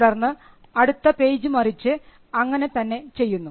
തുടർന്ന് അടുത്ത പേജ് മറിച്ച് അങ്ങനെ തന്നെ ചെയ്യുന്നു